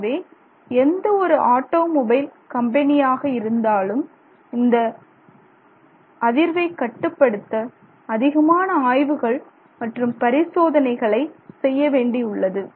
எனவே எந்த ஒரு ஆட்டோமொபைல் கம்பெனியாக இருந்தாலும் இந்த அதிர்வை கட்டுப்படுத்த அதிகமான ஆய்வுகள் மற்றும் பரிசோதனைகளை செய்யவேண்டியுள்ளது